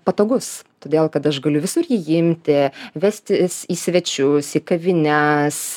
patogus todėl kad aš galiu visur jį imti vestis į svečius į kavines